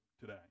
today